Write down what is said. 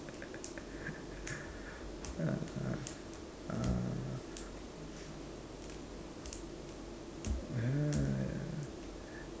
ah